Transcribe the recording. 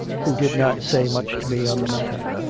who did not say much to me on the matter.